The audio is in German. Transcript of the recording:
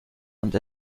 und